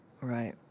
Right